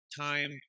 time